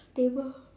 table